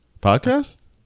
podcast